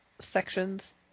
sections